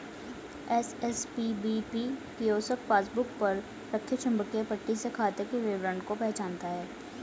SSPBP kiosk passbook पर रखे चुंबकीय पट्टी से खाते के विवरण को पहचानता है